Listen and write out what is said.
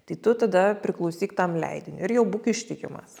tai tu tada priklausyk tam leidiniui ir jau būk ištikimas